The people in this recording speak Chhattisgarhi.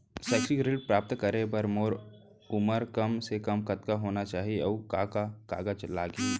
शैक्षिक ऋण प्राप्त करे बर मोर उमर कम से कम कतका होना चाहि, अऊ का का कागज लागही?